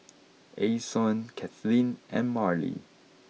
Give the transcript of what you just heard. Ason Cathleen and Marlie